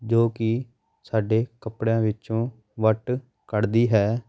ਜੋ ਕੀ ਸਾਡੇ ਕੱਪੜਿਆਂ ਵਿੱਚੋਂ ਵੱਟ ਕੱਢਦੀ ਹੈ